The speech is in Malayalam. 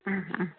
ആ ആ